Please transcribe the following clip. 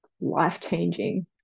life-changing